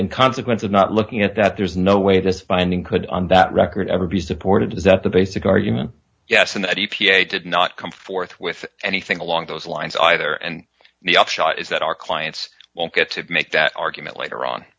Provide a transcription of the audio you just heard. in consequence of not looking at that there's no way this finding could on that record ever be supported is that the basic argument yes and the e p a did not come forth with anything along those lines either and the upshot is that our clients will get to make that argument later on